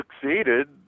succeeded